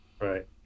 right